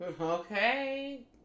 Okay